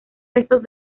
restos